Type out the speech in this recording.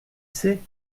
sais